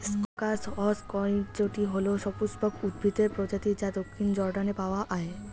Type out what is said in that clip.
crocus হসকনেইচটি হল সপুষ্পক উদ্ভিদের প্রজাতি যা দক্ষিণ জর্ডানে পাওয়া য়ায়